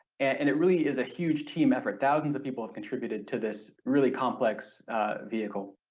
and it really is a huge team effort, thousands of people have contributed to this really complex vehicle.